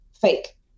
fake